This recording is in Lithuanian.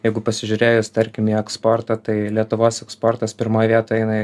jeigu pasižiūrėjus tarkim į eksportą tai lietuvos eksportas pirmoj vietoj eina